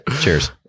cheers